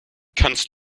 kannst